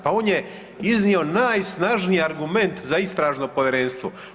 Pa on je iznio najsnažniji argument za istražno povjerenstvo.